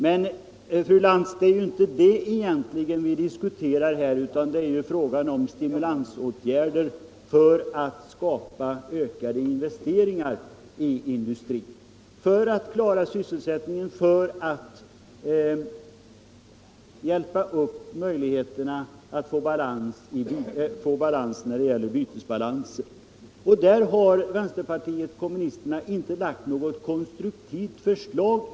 Men, fru Lantz, det är ju egentligen inte det vi diskuterar här, utan det är frågan om stimulansåtgärder för att skapa ökade investeringar i industrin — för att klara sysselsättningen och för att hjälpa upp bytesbalansen. Där har vänsterpartiet kommunisterna inte lagt något konstruktivt förslag.